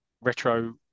Retro